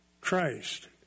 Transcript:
Christ